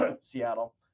Seattle